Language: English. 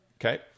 Okay